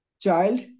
child